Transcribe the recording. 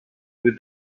with